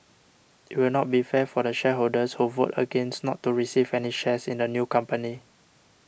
it will not be fair for the shareholders who vote against not to receive any shares in the new company